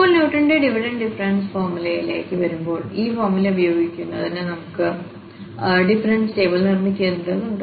ഇപ്പോൾ ന്യൂട്ടന്റെ divided difference ഫോർമുലയിലേക്ക് വരുമ്പോൾ ഈ ഫോർമുല ഉപയോഗിക്കുന്നതിന് നമ്മൾ ഡിഫറൻസ് ടേബിൾ നിർമ്മിക്കേണ്ടതുണ്ട്